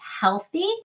healthy